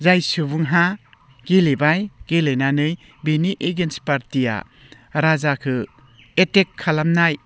जाय सुबुंहा गेलेबाय गेलेनानै बेनि एगेन्स्त फारथिआ राजाखौ एथेक्क खालामनाय